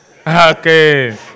Okay